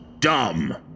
Dumb